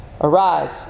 Arise